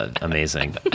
amazing